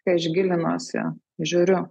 kai aš gilinuosi žiūriu